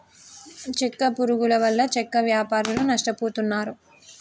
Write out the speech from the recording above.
చెక్క పురుగుల వల్ల చెక్క వ్యాపారులు నష్టపోతున్నారు